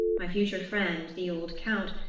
my future friend, the old count,